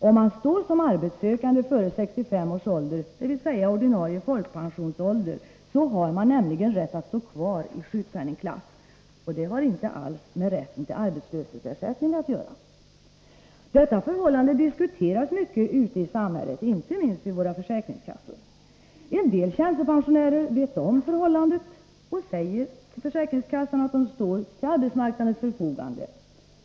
Om man står som arbetssökande före 65 års ålder, dvs. ordinarie folkpensionsålder, har man nämligen rätt att stå kvar isjukpenningklass. Det har inte alls med rätten till arbetslöshetsersättning att göra. Detta förhållande diskuteras mycket ute i samhället — inte minst vid försäkringskassorna. En del tjänstepensionärer vet om förhållandet och säger till försäkringskassan att de står till arbetsmarknadens förfogande.